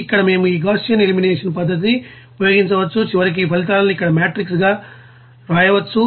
ఇక్కడ మేము ఈ గాస్సియన్ ఎలిమినేషన్ పద్ధతిని ఉపయోగించవచ్చు చివరకు ఈ ఫలితాలను ఇక్కడ మెట్రిక్స్ గా వ్రాయవచ్చు